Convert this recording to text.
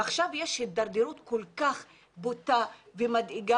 ועכשיו יש הידרדרות כל כך בוטה ומדאיגה,